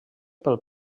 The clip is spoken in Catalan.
pel